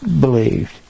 believed